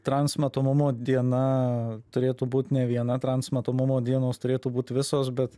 trans matomumo diena turėtų būti ne viena trans matomumo dienos turėtų būt visos bet